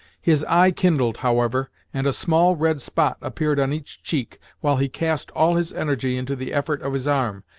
his eye kindled, however, and a small red spot appeared on each cheek, while he cast all his energy into the effort of his arm,